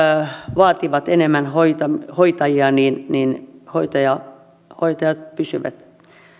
vaativat enemmän hoitajia hoitajat hoitajat pysyvät